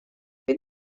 fydd